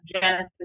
Genesis